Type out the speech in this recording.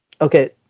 okay